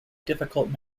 difficult